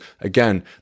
again